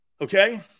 Okay